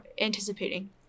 anticipating